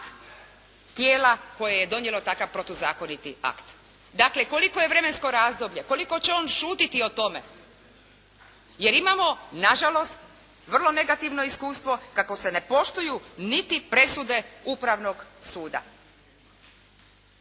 tijela koje je donijelo takav protuzakoniti akt. Dakle, koliko je vremensko razdoblje, koliko će on šutiti o tome? Jer imamo, nažalost vrlo negativno iskustvo kako se ne poštuju niti presude upravnog suda.